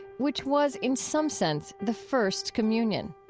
which was, in some sense, the first communion.